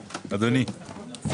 הישיבה נעולה.